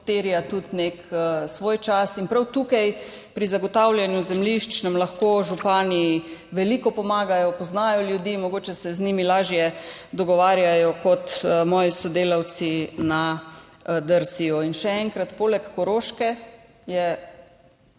terja tudi nek svoj čas. In prav tukaj, pri zagotavljanju zemljišč, nam lahko župani veliko pomagajo. Poznajo ljudi, mogoče se z njimi lažje dogovarjajo kot moji sodelavci na DRSI. In še enkrat, poleg Koroške je,